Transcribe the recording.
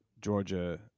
Georgia